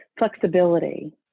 Flexibility